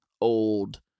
old